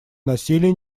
насилие